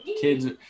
kids